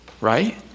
right